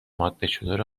مادهشتر